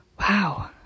wow